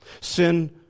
Sin